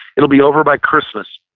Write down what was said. it'll be over by christmas.